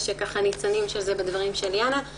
יש ניצנים של זה בדברים של ליאנה מגד בלומנפלד.